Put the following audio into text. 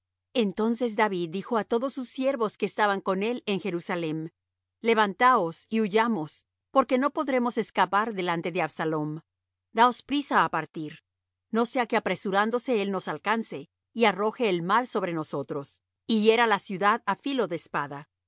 entonces david dijo á todos sus siervos que estaban con él en jerusalem levantaos y huyamos porque no podremos escapar delante de absalom daos priesa á partir no sea que apresurándose él nos alcance y arroje el mal sobre nosotros y hiera la ciudad á filo de espada